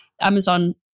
Amazon